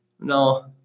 no